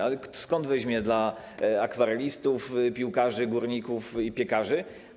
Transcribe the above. A skąd weźmie dla akwarelistów, piłkarzy, górników i piekarzy?